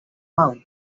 mound